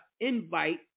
invite